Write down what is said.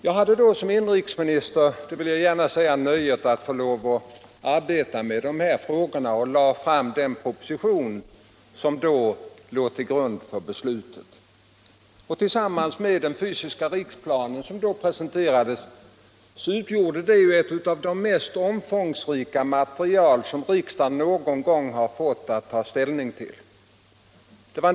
Jag hade då som inrikesminister nöjet att få arbeta med dessa frågor, och jag lade fram den proposition som låg till grund för beslutet. Tillsammans med den fysiska riksplan som då presenterades utgjorde den ett av de mest omfångsrika material som riksdagen någon gång har fått att ta ställning till.